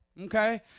okay